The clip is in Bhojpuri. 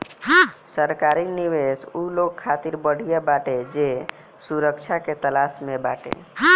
सरकारी निवेश उ लोग खातिर बढ़िया बाटे जे सुरक्षा के तलाश में बाटे